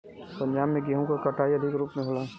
पंजाब में गेंहू क कटाई अधिक रूप में होला